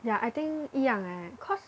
ya I think 一样 eh cause